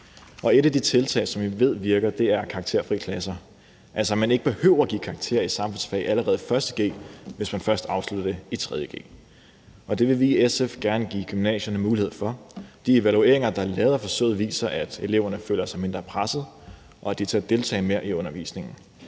Et af de tiltag, som vi ved virker, er karakterfri klasser – altså at man ikke behøver at give karakterer i samfundsfag allerede i 1. g, hvis eleven først afslutter det i 3. g. Det vil vi i SF gerne give gymnasierne mulighed for. De evalueringer, der er lavet af forsøget, viser, at eleverne føler sig mindre pressede, og at de tør deltage mere i undervisningen.